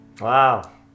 wow